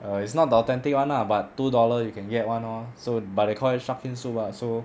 err it's not the authentic [one] lah but two dollar you can get one lor so but they call it shark fin soup lah so